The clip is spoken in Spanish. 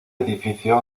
edificio